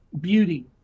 beauty